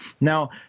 Now